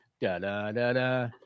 da-da-da-da